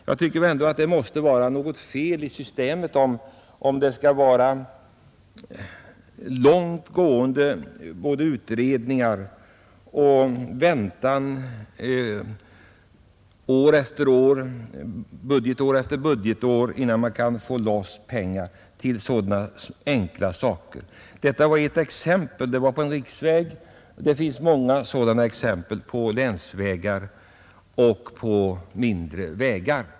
Jag anser att det måste vara något fel i systemet, om det skall behövas både långt gående utredningar och väntan budgetår efter budgetår, innan man kan få loss pengar till sådana enkla saker, Detta var ett exempel, och det gällde en riksväg. Det finns många andra liknande exempel på länsvägar och mindre vägar.